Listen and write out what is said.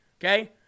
Okay